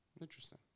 interesting